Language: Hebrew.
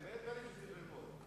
הרבה דברים אתה צריך ללמוד.